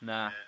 Nah